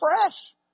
fresh